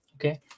Okay